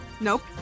Nope